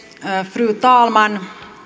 fru talman